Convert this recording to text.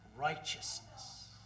righteousness